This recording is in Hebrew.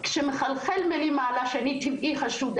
כשמחלחל מלמעלה שאני חשודה